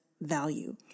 value